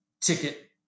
Ticket